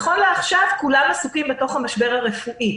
נכון לעכשיו כולם עסוקים בתוך המשבר הרפואי.